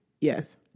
Yes